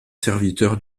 serviteur